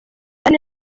neza